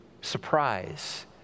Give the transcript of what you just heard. surprise